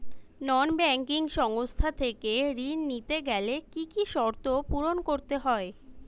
নন banking সংস্থা থেকে ঋণ নিতে গেলে কি কি শর্ত পূরণ করতে হয়?